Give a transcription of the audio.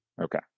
Okay